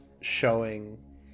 showing